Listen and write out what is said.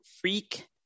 freak